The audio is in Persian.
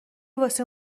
واسه